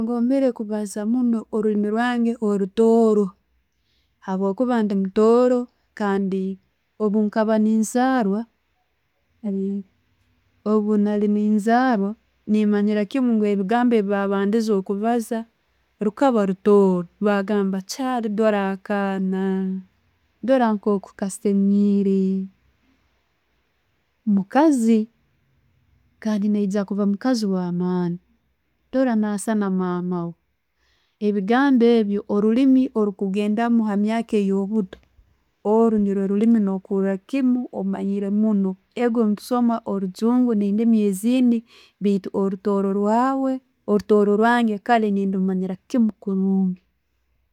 Ngombere kubaaza oruriimu rwange orutooro habwokuba ndi mutooro kandi bwenkaba nenzarwa, obuli nenzarwa, ne'manyire kimu ngu ebigambo byeba bandize kubaza rukaba rutooro, bagamba kyali doora akaana, doora nkokukasemere, mukazi, kandi naija kuba mukazi wamani, dora nayisana mama we. Ebigambo ebyo, oruliimi orukugendamu omu'myaka eyo'buto orwo nurro oruliimi no'kura kimu omanyire munno. Ego'netusoma orujungu ne'ndiimi ezindi baitu orutooro rwawe, orutooro rwange kale ndumanyira kimu kurungi.